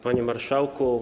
Panie Marszałku!